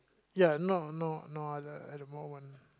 ya no no no at the moment